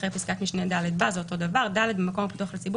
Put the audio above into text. אחרי פסקת משנה (ד) בא: "(ד1)במקום הפתוח לציבור